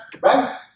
Right